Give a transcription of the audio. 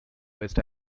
west